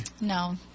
No